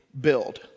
build